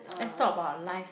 let's talk about life